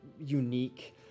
unique